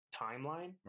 timeline